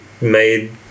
made